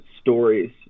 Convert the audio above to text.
stories